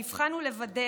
המבחן הוא לוודא